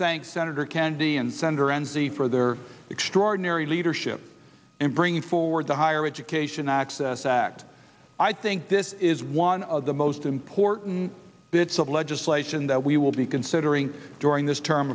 thank senator kennedy and senator enzi for their extraordinary leadership in bringing forward the higher education access act i think this is one of the most important bits of legislation that we will be considering during this term